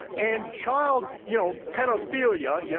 and child, you know, pedophilia, yeah